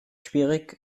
schwierig